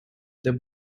the